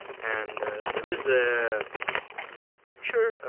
and there is a picture,